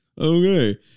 okay